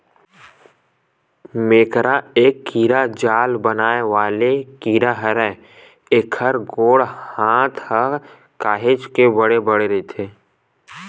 मेकरा ए कीरा जाल बनाय वाले कीरा हरय, एखर गोड़ हात ह काहेच के बड़े बड़े रहिथे